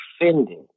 offended